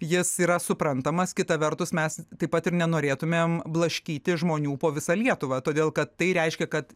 jis yra suprantamas kita vertus mes taip pat ir nenorėtumėm blaškyti žmonių po visą lietuvą todėl kad tai reiškia kad